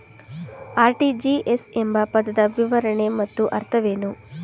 RTGS ಎಂಬ ಪದದ ವಿವರಣೆ ಮತ್ತು ಅರ್ಥವೇನು?